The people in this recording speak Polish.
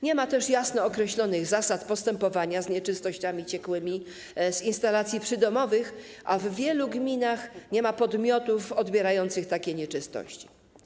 Nie ma też jasno określonych zasad postępowania z nieczystościami ciekłymi z instalacji przydomowych, a w wielu gminach nie ma podmiotów odbierających takie nieczystości.